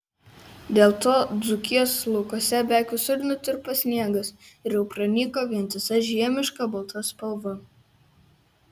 dėl to dzūkijos laukuose beveik visur nutirpo sniegas ir jau pranyko vientisa žiemiška balta spalva